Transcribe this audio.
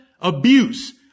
abuse